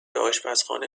آشپزخانه